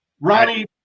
Ronnie